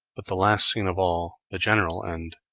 but the last scene of all, the general end,